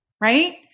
right